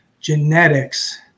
genetics